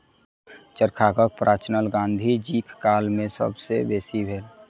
चरखाक प्रचलन गाँधी जीक काल मे सब सॅ बेसी भेल